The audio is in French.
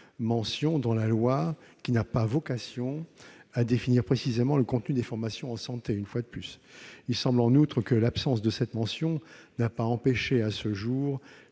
mention dans la loi, laquelle n'a pas vocation à définir précisément le contenu des formations en santé. Il semble en outre que l'absence de cette mention n'ait pas empêché les